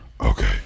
Okay